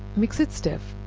mix it stiff,